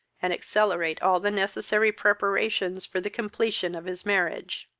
and accelerate all the necessary preparations for the completion of his marriage.